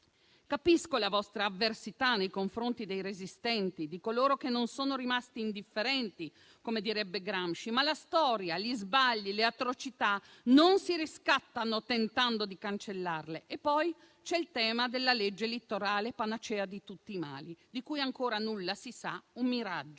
Capisco la vostra avversità nei confronti dei resistenti, di coloro che non sono rimasti indifferenti, come direbbe Gramsci. Ma la storia, gli sbagli, le atrocità non si riscattano tentando di cancellarle. Poi c'è il tema della legge elettorale, panacea di tutti i mali, di cui ancora nulla si sa: è un miraggio.